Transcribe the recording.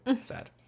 Sad